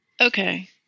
Okay